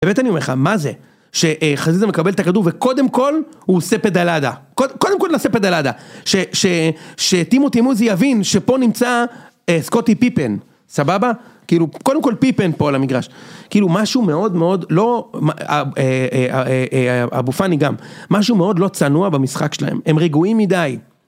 באמת אני אומר לך, מה זה, שחזיתה מקבל את הכדור, וקודם כל הוא עושה פדלדה, קודם כל הוא עושה פדלדה, שטימו טימוזי יבין שפה נמצא סקוטי פיפן, סבבה? כאילו, קודם כל פיפן פועל המגרש. כאילו משהו מאוד מאוד, לא, אבו פאני גם, משהו מאוד לא צנוע במשחק שלהם, הם רגועים מדי.